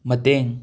ꯃꯇꯦꯡ